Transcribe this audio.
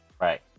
Right